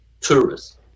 tourists